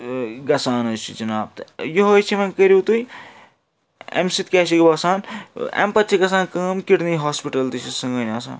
گژھان حظ چھِ جِناب تہٕ یِہَے چھِ وۅنۍ کٔرِو تُہۍ اَمہِ سۭتۍ کیٛاہ چھِ وسان اَمہِ پَتہٕ چھِ گژھان کٲم کِڈنی ہاسپِٹَل تہِ چھِ سٲنۍ آسان